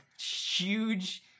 huge